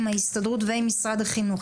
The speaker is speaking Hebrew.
עם ההסתדרות ועם משרד החינוך,